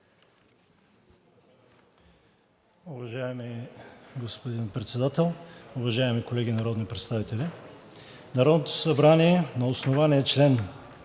Уважаеми господин Председател, уважаеми колеги народни представители! „Народното събрание на основание чл.